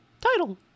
title